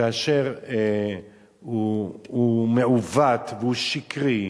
כאשר הוא מעוות והוא שקרי,